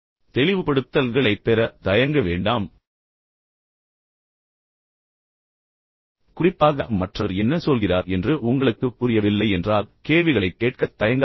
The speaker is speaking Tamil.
தெளிவுபடுத்தல்களைப் பெற தயங்க வேண்டாம் குறிப்பாக மற்றவர் என்ன சொல்கிறார் என்று உங்களுக்கு புரியவில்லை என்றால் கேள்விகளைக் கேட்க தயங்காதீர்கள்